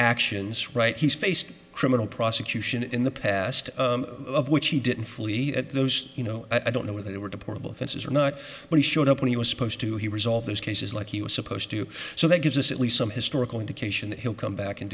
actions right he's faced criminal prosecution in the past of which he didn't flee at those you know i don't know whether they were the portable fences or not but he showed up when he was supposed to he resolve those cases like he was supposed to so that gives us at least some historical indication that he'll come back and